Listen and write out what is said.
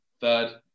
third